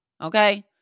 Okay